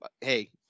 Hey